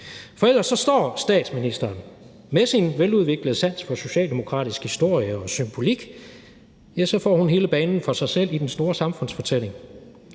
For ellers får statsministeren med sin veludviklede sans for socialdemokratisk historie og symbolik hele banen for sig selv i den store samfundsfortælling,